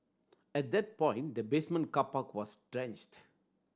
at that point the basement car park was drenched